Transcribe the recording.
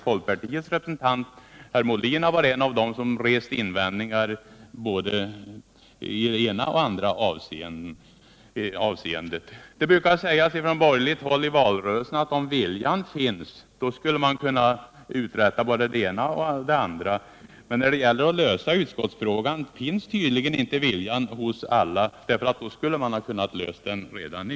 Folkpartirepresentanten Björn Molin har varit en av dem som rest invändningar i både det ena och det andra avseendet. Det brukade sägas från borgerligt håll i valrörelsen att om viljan finns kan man uträtta både det ena och det andra, men när det gäller att lösa frågan om representationen i utskotten finns tydligen inte viljan hos alla, för annars hade man kunnat lösa den redan nu.